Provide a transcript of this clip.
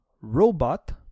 robot